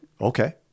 okay